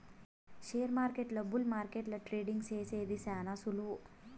షేర్మార్కెట్ల బుల్ మార్కెట్ల ట్రేడింగ్ సేసేది శాన సులువు